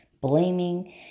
blaming